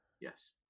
Yes